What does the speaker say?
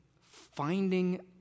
finding